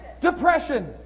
Depression